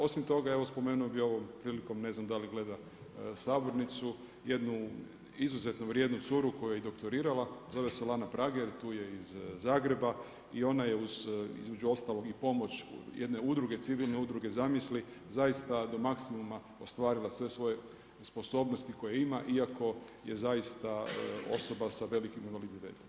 Osim toga, evo spomenuo bih ovom prilikom, ne znam da li gleda sabornicu jednu izuzetno vrijednu curu koja je i doktorirala zove se Lana Prager tu je iz Zagreba i ona je uz između ostalog i pomoć jedne udruge, civilne udruge „Zamisli“, zaista do maksimuma ostvarila sve svoje sposobnosti koje ima iako je zaista osoba sa velikim invaliditetom.